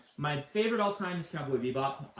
my favorite all time is cowboy bebop,